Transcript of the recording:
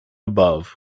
above